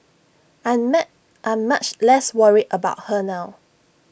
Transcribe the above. I'm ma I'm much less worried about her now